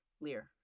Lear